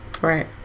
Right